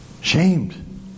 Shamed